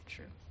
True